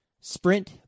Sprint